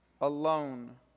Alone